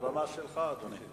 עכשיו הבמה שלך, אדוני.